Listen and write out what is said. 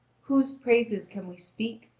whose praises can we speak,